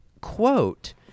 quote